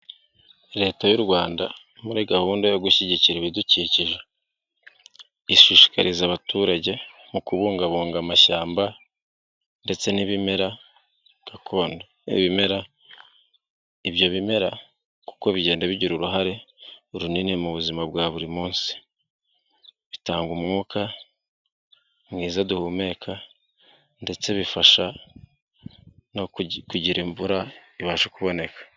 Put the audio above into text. Leta y'u Rwanda muri gahunda yo gushyigikira ibidukikije ishishiriza abaturage mu kubungabunga amashyamba ndetse n'ibimera gakondo. Ibyo bimera kuko bigenda bigira uruhare runini mu buzima bwa buri munsi, bitanga umwuka mwiza duhumeka ndetse bifasha no kugira imvura ibasha kuboneka.